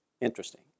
Interesting